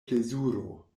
plezuro